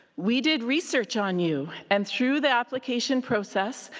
we did research on you, and through the application process,